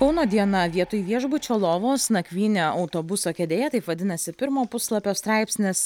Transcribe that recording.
kauno diena vietoj viešbučio lovos nakvynė autobuso kėdėje taip vadinasi pirmo puslapio straipsnis